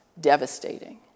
devastating